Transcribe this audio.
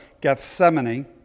Gethsemane